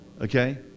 okay